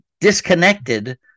disconnected